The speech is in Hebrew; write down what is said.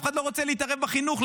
אף אחד לא רוצה להתערב בחינוך,